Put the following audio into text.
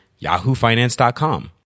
yahoofinance.com